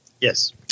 Yes